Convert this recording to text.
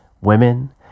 Women